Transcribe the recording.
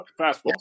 fastball